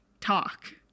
talk